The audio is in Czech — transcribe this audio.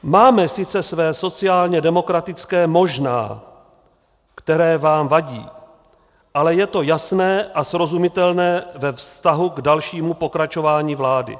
Máme sice své sociálně demokratické možná, které vám vadí, ale je to jasné a srozumitelné ve vztahu k dalšímu pokračování vlády.